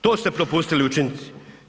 To ste propustili učiniti.